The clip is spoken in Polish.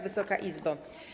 Wysoka Izbo!